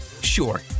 Sure